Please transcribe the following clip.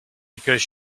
because